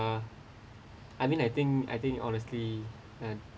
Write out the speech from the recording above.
I mean I think I think honestly uh